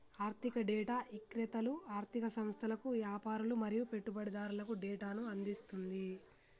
ఆర్ధిక డేటా ఇక్రేతలు ఆర్ధిక సంస్థలకు, యాపారులు మరియు పెట్టుబడిదారులకు డేటాను అందిస్తుంది